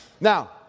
Now